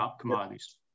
commodities